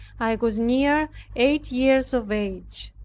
i was near eight years of age.